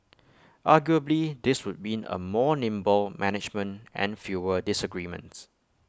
arguably this would mean A more nimble management and fewer disagreements